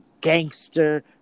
gangster